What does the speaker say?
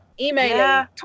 email